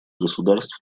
государств